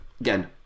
again